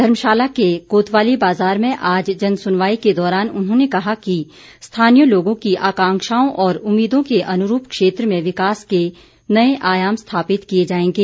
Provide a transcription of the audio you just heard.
धर्मशाला के कोतवाली बाज़ार में आज जन सुनवाई के दौरान उन्होंने कहा कि स्थानीय लोगों की आकांक्षाओं और उम्मीदों के अनुरूप क्षेत्र में विकास के नए आयाम स्थापित किए जाएंगे